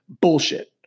Bullshit